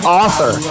author